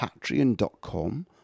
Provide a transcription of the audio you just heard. patreon.com